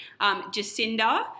Jacinda